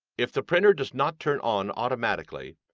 if the printer does not turn on automatically,